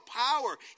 power